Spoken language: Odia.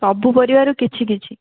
ସବୁ ପରିବାରୁ କିଛି କିଛି